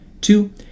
Two